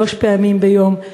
שלוש פעמים ביום,